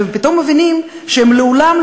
ופתאום מבינות שהן לעולם,